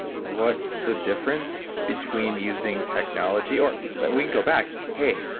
what's the difference between using technology, or we can go back. hey,